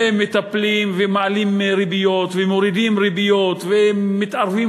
ומטפלים ומעלים ריביות ומורידים ריביות ומתערבים